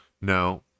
No